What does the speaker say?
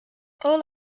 all